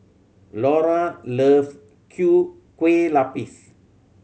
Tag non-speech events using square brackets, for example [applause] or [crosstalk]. Laura loves kue [unintelligible] lupis